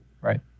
right